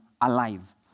alive